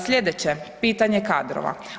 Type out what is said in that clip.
Slijedeće pitanje kadrova.